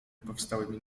powstałymi